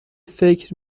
فکر